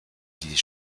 die